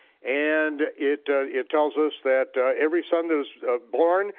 and it it tells us that every son that is born,